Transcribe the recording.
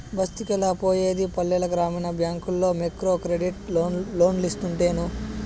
బస్తికెలా పోయేది పల్లెల గ్రామీణ బ్యాంకుల్ల మైక్రోక్రెడిట్ లోన్లోస్తుంటేను